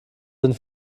sind